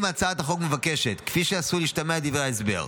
אם, כפי שעשוי להשתמע מדברי ההסבר,